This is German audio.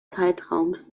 zeitraums